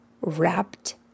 wrapped